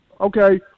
Okay